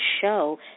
show